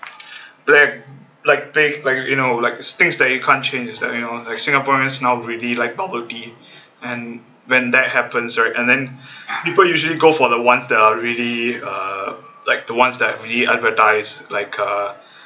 they like big like you know like things that you can't change is that you know like singaporeans now really like bubble teas and then that happens right and then people usually go for the ones that are really uh like the ones that really advertise like uh